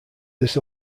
this